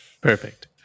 Perfect